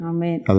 Amen